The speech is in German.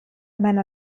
meiner